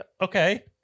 okay